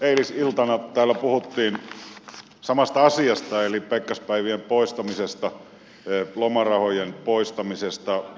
eilisiltana täällä puhuttiin samasta asiasta eli pekkaspäivien poistamisesta lomarahojen poistamisesta